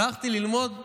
הלכתי ללמוד,